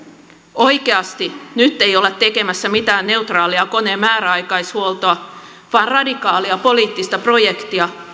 oikeasti nyt ei olla tekemässä mitään neutraalia koneen määräaikaishuoltoa vaan radikaalia poliittista projektia